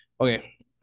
Okay